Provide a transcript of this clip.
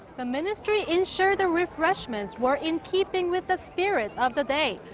the ministry ensured the refreshments were in keeping with the spirit of the day.